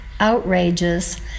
outrageous